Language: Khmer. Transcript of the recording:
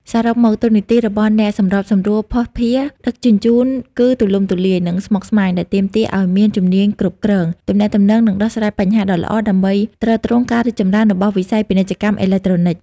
សរុបមក តួនាទីរបស់អ្នកសម្របសម្រួលភស្តុភារដឹកជញ្ជូនគឺទូលំទូលាយ និងស្មុគស្មាញ ដែលទាមទារឱ្យមានជំនាញគ្រប់គ្រង ទំនាក់ទំនង និងដោះស្រាយបញ្ហាដ៏ល្អ ដើម្បីទ្រទ្រង់ការរីកចម្រើនរបស់វិស័យ ពាណិជ្ជកម្មអេឡិចត្រូនិក។